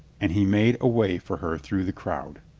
and he made a way for her through the crowd.